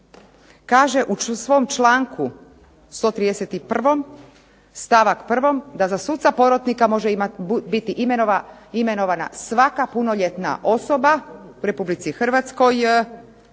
kaže u svom članku 131. stavak 1. da za suca porotnika može biti imenovana svaka punoljetna osoba u Republici Hrvatskoj